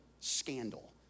scandal